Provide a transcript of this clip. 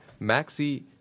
Maxi